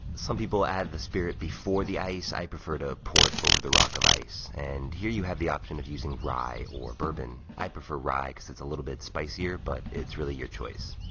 some people add the spirit before the ice, i prefer to pour it over the rock of ice. and here you have the option of using rye or bourbon, i prefer rye cause it's a little bit spicier, but it's really your choice.